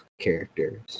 characters